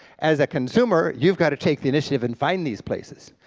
as a consumer, you've got to take the initiative and find these places,